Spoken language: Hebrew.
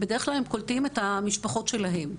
בדרך כלל הם קולטים את המשפחות שלהם,